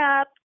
up